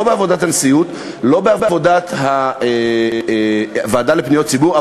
לא בעבודת הנשיאות ולא בעבודת הוועדה לפניות הציבור.